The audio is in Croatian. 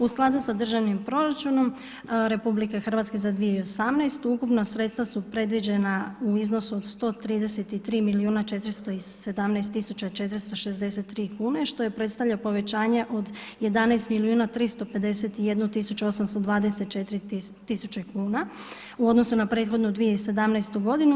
U skladu sa državnim proračunom RH za 2018. ukupna sredstva su predviđena u iznosu od 133 milijuna, 417 tisuća, 463 kune, što predstavlja povećanje od 11 milijuna, 351 tisuću, 824 tisuće kune u odnosu na prethodnu 2017. godinu.